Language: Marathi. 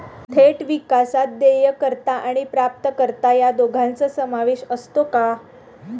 थेट विकासात देयकर्ता आणि प्राप्तकर्ता या दोघांचा समावेश असतो का?